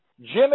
Jimmy